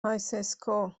آیسِسکو